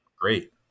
great